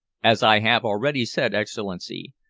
as i have already said, excellency,